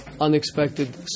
unexpected